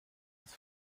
das